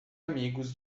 amigos